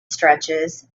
stretches